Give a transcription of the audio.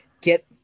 get